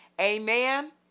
Amen